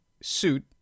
suit